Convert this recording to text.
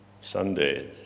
Sundays